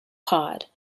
pod